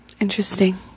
Interesting